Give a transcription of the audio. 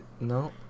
no